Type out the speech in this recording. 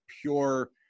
pure